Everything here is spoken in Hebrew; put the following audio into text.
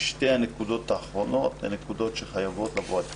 שתי הנקודות האחרונות חייבות לבוא על פתרונן.